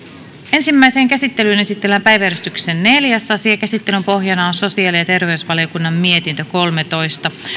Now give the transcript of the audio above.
ensimmäiseen käsittelyyn esitellään päiväjärjestyksen neljäs asia käsittelyn pohjana on sosiaali ja ja terveysvaliokunnan mietintö kolmetoista